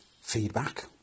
feedback